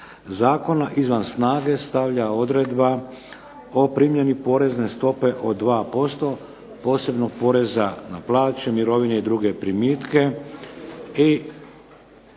zakona izvan snage stavlja odredba o primjeni porezne stope od 2% posebnog poreza na plaće, mirovine i druge primitke